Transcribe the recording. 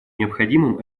необходимым